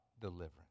deliverance